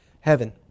heaven